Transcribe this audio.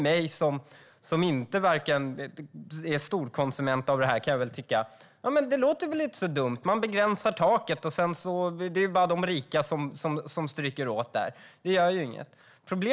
Jag själv, som inte är storkonsument av detta, kan väl tycka att det inte låter så dumt att man gör en begränsning, och det är bara de rika som kläms åt. Det gör ju inget.